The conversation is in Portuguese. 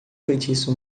feitiço